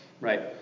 Right